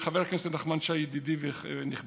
חבר הכנסת נחמן שי, ידידי ונכבדי,